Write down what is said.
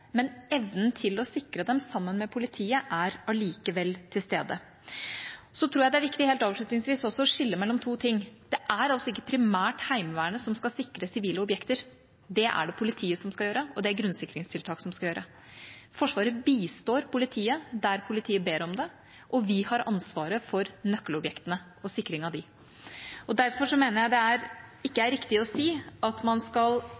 Men evnen til å sikre dem sammen med politiet er allikevel til stede. Så tror jeg det er viktig, helt avslutningsvis, å skille mellom to ting: Det er ikke primært Heimevernet som skal sikre sivile objekter. Det er det politiet som skal gjøre, og det er det grunnsikringstiltak som skal gjøre. Forsvaret bistår politiet der politiet ber om det, og vi har ansvaret for nøkkelobjektene og sikring av dem. Derfor mener jeg det ikke er riktig å si at man skal